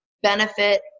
benefit